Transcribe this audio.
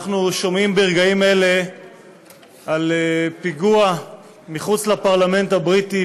אנחנו שומעים ברגעים אלה על פיגוע מחוץ לפרלמנט הבריטי,